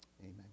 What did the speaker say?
Amen